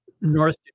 North